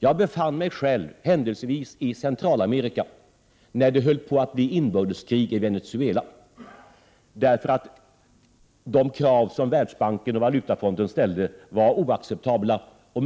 Jag befann mig själv händelsevis i Centralamerika när det höll på att bli inbördeskrig i Venezuela, därför att de krav som Världsbanken och Valutafonden ställde var oacceptabla. Stor